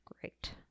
Great